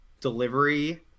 delivery